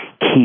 key